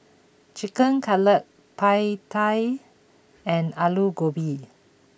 Chicken Cutlet Pad Thai and Alu Gobi